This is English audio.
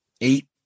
Eight